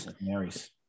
Mary's